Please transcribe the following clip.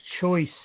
choice